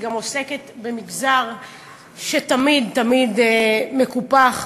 היא גם עוסקת במגזר שתמיד תמיד מקופח